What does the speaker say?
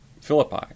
Philippi